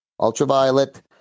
Ultraviolet